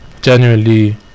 genuinely